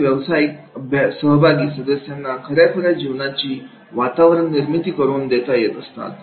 असे व्यावसायिक सहभागी सदस्यांना खर्याखुर्या जीवनाची वातावरणनिर्मिती करून देत असतात